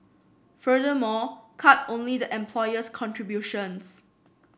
furthermore cut only the employer's contributions